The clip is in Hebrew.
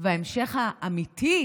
וההמשך האמיתי,